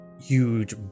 huge